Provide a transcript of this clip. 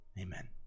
Amen